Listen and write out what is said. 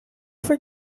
for